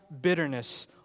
bitterness